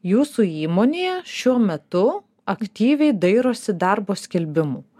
jūsų įmonėje šiuo metu aktyviai dairosi darbo skelbimų